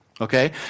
okay